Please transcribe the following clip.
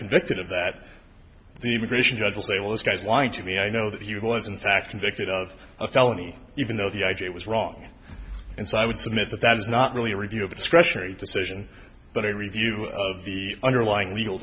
convicted of that the immigration judge as they will this guy's lying to me i know that he was in fact convicted of a felony even though the i g was wrong and so i would submit that that's not really a review of a discretionary decision but a review of the underlying legal